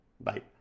Bye